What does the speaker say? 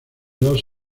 dos